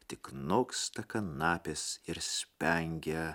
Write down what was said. tik noksta kanapės ir spengia